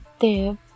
tip